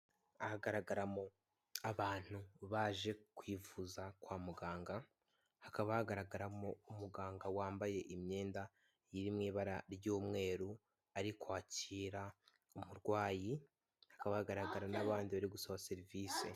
Ahagaragaramo abantu baje kwivuza kwa muganga, hakaba hagaragaramo umuganga wambaye imyenda iri mu ibara ry'umweru ari kwakira umurwayi, hakaba hagaragara n'abandi bari gusaba serivisi.